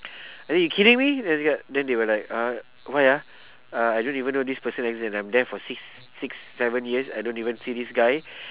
I say you kidding me this guy then they were like ah why ah uh I don't even know this person exist and I'm there for six six seven years I don't even see this guy